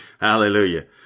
hallelujah